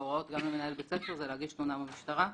ההוראות גם למנהל בית ספר זה להגיש תלונה במשטרה.